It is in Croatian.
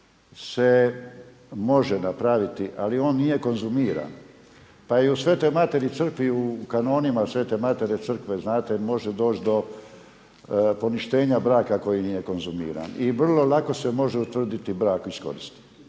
se može napraviti, ali on nije konzumiran. Pa i u Svetoj materi crkvi u kanonima Svete matere crkve znate može doći do poništenja braka koji nije konzumiran. I vrlo lako se može utvrditi brak iz koristi.